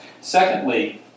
Secondly